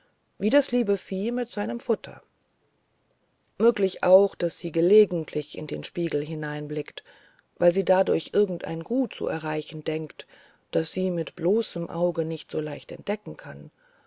wie das liebe vieh mit seinem futter möglich auch daß sie gelegentlich in den spiegel hineinblickt weil sie dadurch irgendein gut zu erreichen denkt das sie mit bloßem auge nicht so leicht entdecken kann